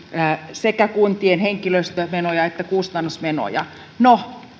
sekä kuntien henkilöstömenoja että kustannusmenoja no